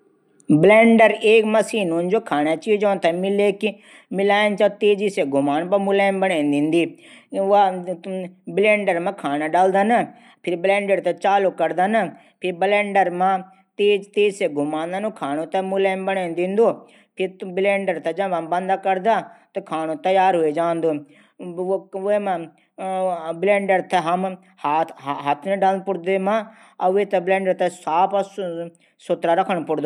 ब्लेन्डर एक मसीन जू खाणा चीजो थे मिलेकी तेजी से घुमाण पर व मुलायम बणी दिंदी। ब्लेनडर मा खाणू डलदन फिर ब्लेंडर थै चालू करदन फिर वैथे तेज घुमे की ऊ मुलैम बणै दींदू। फिर हम ब्लेन्डर थै बंद करदा त खाणू तैयार ह्वे जांदू